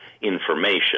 information